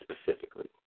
specifically